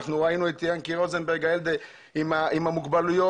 ראינו את ינקי רוזנברג, הילד עם המוגבלויות,